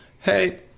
hey